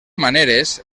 maneres